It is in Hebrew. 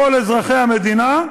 כל אזרחי המדינה,